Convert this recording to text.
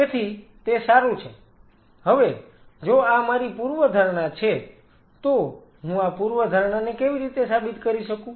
તેથી તે સારું છે હવે જો આ મારી પૂર્વધારણા છે તો હું આ પૂર્વધારણાને કેવી રીતે સાબિત કરી શકું